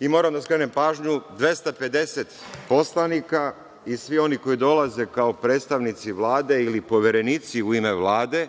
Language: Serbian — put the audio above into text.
Moram da skrenem pažnju 250 poslanika i svi oni koji dolaze kao predstavnici Vlade i poverenici jedne Vlade